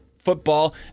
football